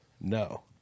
no